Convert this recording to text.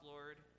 Lord